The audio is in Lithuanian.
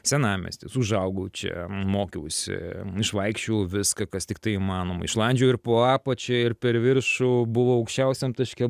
senamiestis užaugau čia mokiausi išvaikščiojau viską kas tiktai įmanoma išlandžiojau ir po apačia ir per viršų buvau aukščiausiam taške